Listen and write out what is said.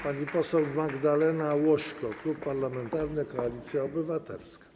Pani poseł Magdalena Łośko, Klub Parlamentarny Koalicja Obywatelska.